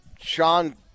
Sean